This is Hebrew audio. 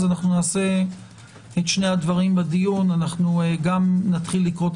נעשה את שני הדברים בדיון גם נתחיל לקרוא את